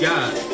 God